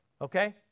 Okay